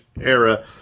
era